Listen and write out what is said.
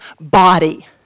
body